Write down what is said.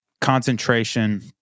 concentration